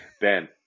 Ben